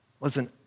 Listen